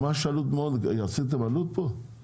עשיתם עלות פה?